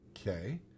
Okay